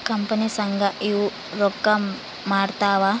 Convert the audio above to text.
company ಸಂಘ ಇವು ರೊಕ್ಕ ಮಾಡ್ತಾವ